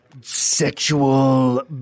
sexual